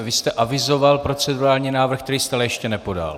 Vy jste avizoval procedurální návrh, který jste ale ještě nepodal.